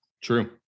True